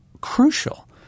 crucial